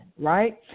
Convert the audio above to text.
right